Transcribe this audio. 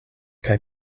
kaj